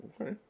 okay